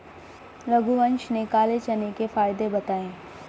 रघुवंश ने काले चने के फ़ायदे बताएँ